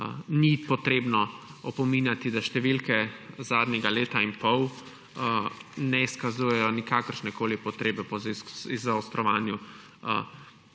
ni potrebno opominjati, da številke zadnjega leta in pol ne izkazujejo nikakršne potrebe po zaostrovanju takšne